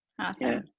awesome